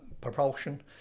propulsion